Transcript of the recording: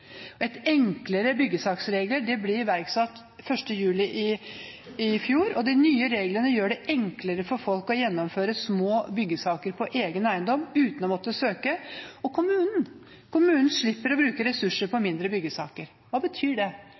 Enklere byggesaksregler ble iverksatt 1. juli i fjor, og de nye reglene gjør det enklere for folk å gjennomføre små byggesaker på egen eiendom uten å måtte søke, og kommunen slipper å bruke ressurser på mindre byggesaker. Hva betyr det? Det betyr at man kan bruke ressurser på andre ting. Det handler om effektivisering, det